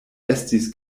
estis